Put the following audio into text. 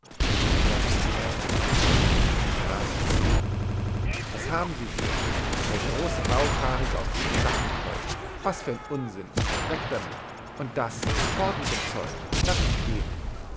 da sah sie die gläser die neben ihm im grase standen was haben sie hier der große bauchhaarige aus dem kosakenkolk was für ein unsinn weg damit und das fort mit dem zeug laß uns gehen